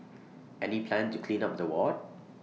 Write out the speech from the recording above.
any plan to clean up the ward